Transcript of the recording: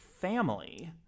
family